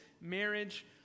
marriage